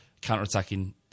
counter-attacking